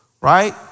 right